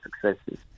successes